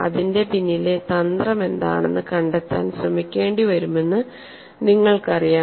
അതിന്റെ പിന്നിലെ തന്ത്രമെന്താണെന്ന് കണ്ടെത്താൻ ശ്രമിക്കേണ്ടിവരുമെന്ന് നിങ്ങൾക്കറിയാം